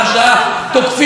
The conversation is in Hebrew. תוקפים אותנו,